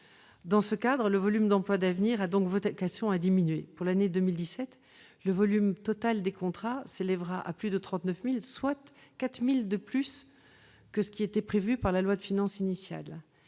Dans ce cadre, le volume d'emplois d'avenir a donc vocation à diminuer. Pour l'année 2017, le volume total de contrats s'élèvera à plus de 39 000, soit 4 000 contrats de plus que ne le prévoyait la loi de finances initiale.